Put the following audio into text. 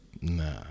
Nah